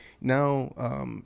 now